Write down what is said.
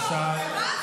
קריקטורה.